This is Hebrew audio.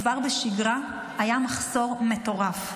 כבר בשגרה היה מחסור מטורף,